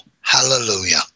Hallelujah